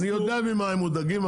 אני יודע ממה הם מודאגים,